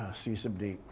c sub d,